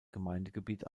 gemeindegebiet